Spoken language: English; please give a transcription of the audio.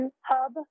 hub